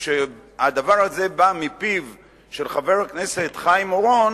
וכשהדבר הזה בא מפיו של חבר הכנסת חיים אורון